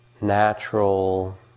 natural